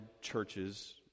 churches